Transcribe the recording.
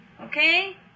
Okay